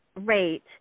rate